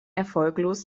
erfolglos